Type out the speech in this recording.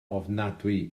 ofnadwy